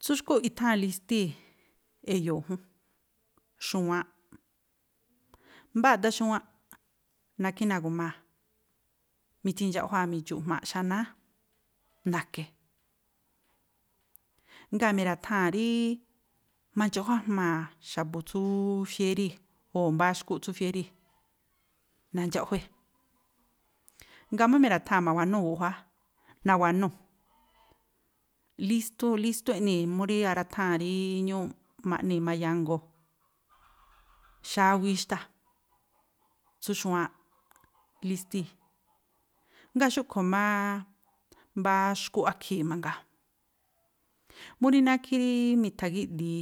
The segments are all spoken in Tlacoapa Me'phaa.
Tsú xkúꞌ i̱tháa̱n lístíi̱ e̱yo̱o̱ jún. Xu̱wáánꞌ, mbáá aꞌdáxúwánꞌ nákhi̱ nagu̱maa, mi̱tsi̱ndxa̱ꞌjuaa̱ mi̱dxu̱ꞌ jma̱a̱ꞌ xanáá, na̱ke̱. Ngáa̱ mi̱ra̱thaa̱n rííí mandxaꞌjua̱jmaa̱ xa̱bu̱ tsúúú xiéríi̱, o̱ mbáá xkú tsú xiéríi̱, nandxaꞌjué. Ngáa̱ mú mi̱ra̱thaa̱n ma̱wanúu̱ guꞌjuáá, nawánúu̱, lístú lístú eꞌnii̱ mú rí aratháa̱n rí ñúúꞌ ma̱ꞌnii̱ mayangoo̱, xawii xtáa̱. Tsú xu̱wáánꞌ lístíi̱. Ngáa̱ xúꞌkhui̱ mááá mbáá xkúꞌ akhi̱i̱ mangaa, mú rí nákhííí mi̱tha̱gíꞌdi̱i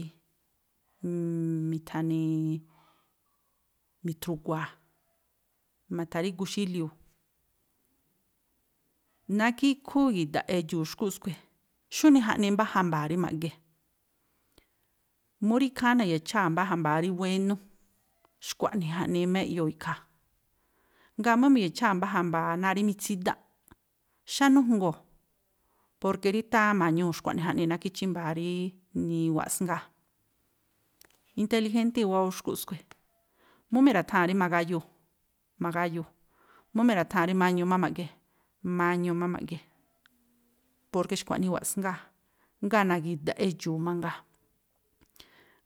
mi̱i̱, mi̱tha̱ni̱i̱, mi̱thru̱gua̱a̱, ma̱tha̱rígu xíliuu̱. Nákhí ikhú igi̱da̱ꞌ edxu̱u̱ xkúꞌ skui̱, xújnii jaꞌnii mbá jamba̱a̱ rí ma̱ꞌge. Mú rí ikháán naya̱cháa̱ mbá jamba̱a̱ rí buénú xkua̱ꞌnii jaꞌnii má eꞌyoo̱ ikhaa̱, ngáa̱ mú rí mi̱yu̱cháa̱ mbá jamba̱a̱ náa̱ rí mitsídánꞌ, xánújngoo̱, porke rí táma̱ñuu̱ xkua̱ꞌnii jaꞌnii nákhí chímba̱a̱ rí niwaꞌsngáa̱, intelijéntíi̱ wáú xkúꞌ skui̱. Mú mi̱ra̱thaa̱n rí magáyúu̱, magáyúu̱. Mú mi̱ra̱thaa̱n rí mañuu má ma̱ꞌge, mañuu má ma̱ꞌge. Porke xkuaꞌnii waꞌsngáa̱, ngáa̱ nagi̱da̱ꞌ edxu̱u̱ mangaa.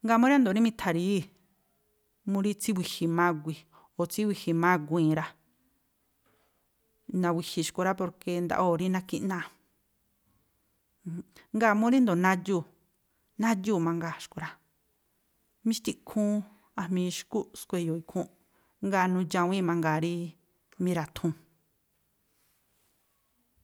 Ngáa̱ mú rí ándo̱o̱ rí mi̱tha̱ri̱yíi̱ mú rí tsíwi̱ji̱ magui̱, o̱ tsíwi̱ji̱ maguii̱n rá, nawi̱ji̱ xkui̱ rá, porke ndaꞌyoo̱ rí nakiꞌnáa̱, ngáa̱ mú ríndo̱o nadxuu̱, nadxuu̱ mangaa̱ xkui̱ rá. Mixtiꞌkhuun a̱jmi̱i xkúꞌ skui̱ e̱yo̱o̱ ikhúúnꞌ, ngáa̱ nudxawíi̱n mangaa rí mi̱ra̱thuu̱n.